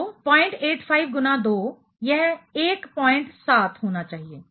तो 085 गुना 2 यह 17 होना चाहिए